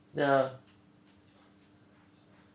ya